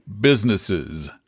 businesses